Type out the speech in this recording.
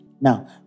Now